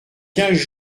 quinze